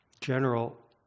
general